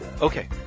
okay